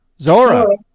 Zora